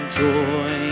joy